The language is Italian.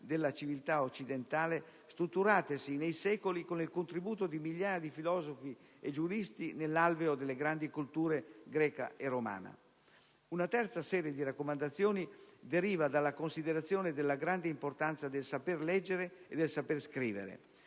della civiltà occidentale strutturatesi nei secoli con il contributo di migliaia di filosofi e giuristi nell'alveo delle grandi culture greca e romana. Una terza serie di raccomandazioni deriva dalla considerazione della grande importanza del saper leggere e del saper scrivere.